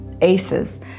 ACEs